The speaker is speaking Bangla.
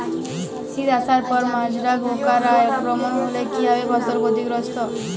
শীষ আসার পর মাজরা পোকার আক্রমণ হলে কী ভাবে ফসল ক্ষতিগ্রস্ত?